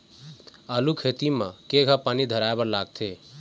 आलू खेती म केघा पानी धराए बर लागथे?